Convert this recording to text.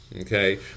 okay